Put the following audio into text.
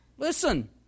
Listen